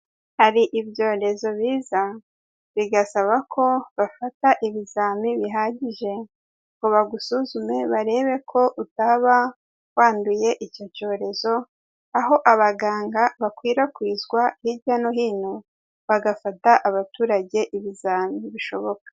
Hari ibyorezo biza bigasaba ko bafata ibizamiini bihagije ngo bagusuzume, barebe ko utaba wanduye icyo cyorezo, aho abaganga bakwirakwizwa hirya no hino, bagafata abaturage ibizami bishoboka.